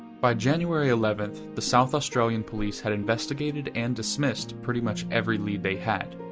by january eleventh, the south australian police had investigated and dismissed pretty much every lead they had.